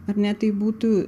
ar ne tai būtų